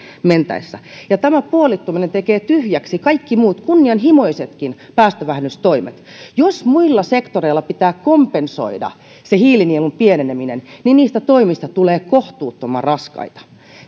mentäessä ja tämä puolittuminen tekee tyhjäksi kaikki muut kunnianhimoisetkin päästövähennystoimet jos muilla sektoreilla pitää kompensoida se hiilinielun pieneneminen niistä toimista tulee kohtuuttoman raskaita